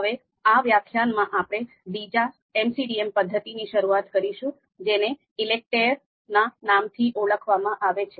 હવે આ વ્યાખ્યાનમાં આપણે બીજા MCDM પદ્ધતિની શરુઆત કરીશું જેને ઈલેકટેર ના નામથી ઓળખવામાં આવે છે